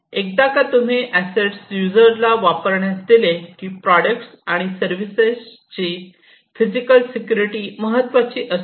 एकदा का तुम्ही अॅसेट युजरला वापरण्यास दिले कि प्रॉडक्ट्स् आणि सर्विसेस ची फिजिकल सिक्युरिटी महत्त्वाचे असते